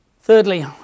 thirdly